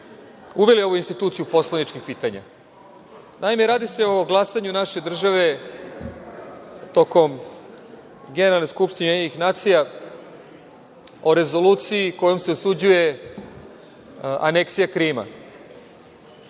uveli ovu instituciju poslaničkih pitanja. Naime, radi se o glasanju naše države tokom Generalne skupštine UN o Rezoluciji kojom se osuđuje aneksija